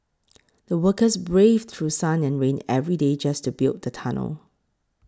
the workers braved through sun and rain every day just to build the tunnel